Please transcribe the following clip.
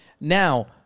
Now